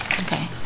Okay